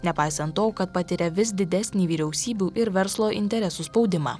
nepaisant to kad patiria vis didesnį vyriausybių ir verslo interesų spaudimą